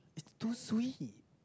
too sweet